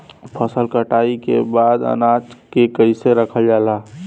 फसल कटाई के बाद अनाज के कईसे रखल जाला?